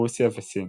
רוסיה וסין.